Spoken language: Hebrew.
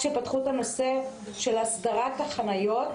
בנושא הסדרת החניות,